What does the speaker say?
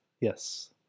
Yes